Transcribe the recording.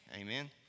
Amen